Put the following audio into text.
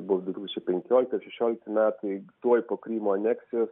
buvo du tūkstančiai penkiolikti ar šešiolikti metai tuoj po krymo aneksijos